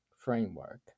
framework